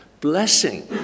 blessing